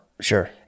Sure